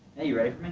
you ready